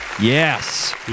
yes